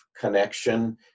connection